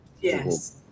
yes